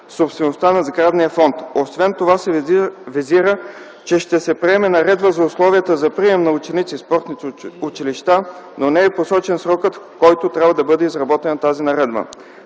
собствеността на сградния фонд. Освен това се визира, че ще се приеме наредба за условията за прием на ученици в спортните училища, но не е посочен срокът, в който трябва да бъде изработена тази наредба.